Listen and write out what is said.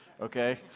Okay